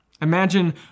Imagine